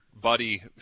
buddy